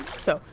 so,